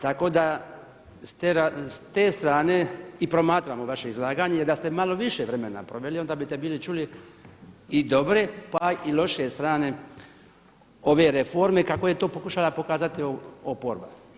Tako da ste strane i promatramo vaše izlaganje, jer da ste malo više vremena proveli onda biste bili čuli i dobre pa i loše strane ove reforme kako je to pokušala pokazati oporba.